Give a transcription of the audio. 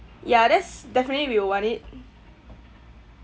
ya that's definitely we will want it